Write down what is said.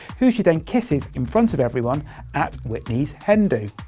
who she then kisses in front of everyone at whitney's hen do.